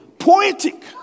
Poetic